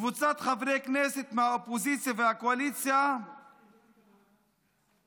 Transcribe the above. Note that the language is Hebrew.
קבוצת חברי כנסת מהאופוזיציה והקואליציה יקדמו